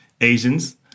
Asians